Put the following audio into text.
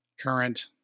current